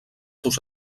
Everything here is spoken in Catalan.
seus